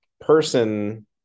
person